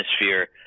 atmosphere